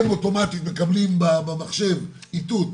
הם אוטומטית מקבלים במחשב איתות,